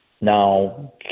Now